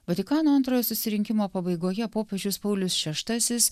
vatikano antrojo susirinkimo pabaigoje popiežius paulius šeštasis